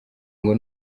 ngo